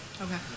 Okay